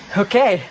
okay